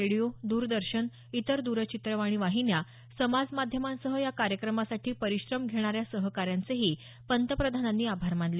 radio द्रदर्शन इतर द्रचित्रवाणी वाहिन्या समाज माध्यमांसह या कार्यक्रमासाठी परिश्रम घेणाऱ्या सहकाऱ्यांचेही पंतप्रधानांनी आभार मानले